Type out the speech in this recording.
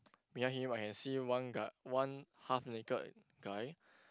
near him I can see one guy one half naked guy